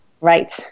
Right